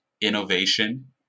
innovation